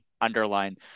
Underline